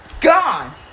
Gone